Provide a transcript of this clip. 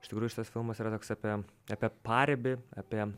iš tikrųjų šitas filmas yra toks apie apie paribį apie